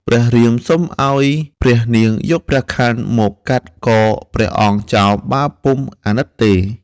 ព្រះរាមសុំឱ្យព្រះនាងយកព្រះខ័នមកកាត់កព្រះអង្គចោលបើពុំអាណិតទេ។